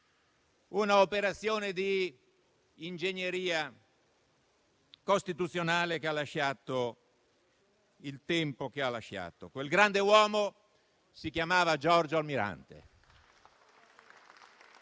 un'operazione di ingegneria costituzionale che ha lasciato il tempo che ha trovato. Quel grande uomo si chiamava Giorgio Almirante.